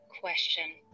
question